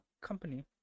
company